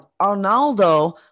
Arnaldo